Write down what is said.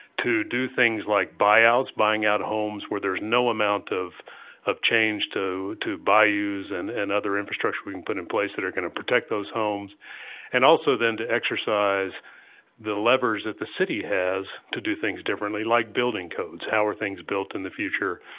to do things like buyouts buying out homes where there's no amount of of change to to bayous and and other infrastructure we can put in place that are going to protect those homes and also then to exercise the levers that the city has to do things differently, like building codes. how are things built in the future,